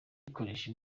ikoresha